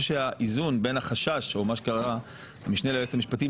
שהאיזון בין החשש או מה שקרא המשנה ליועץ המשפטי,